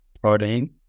protein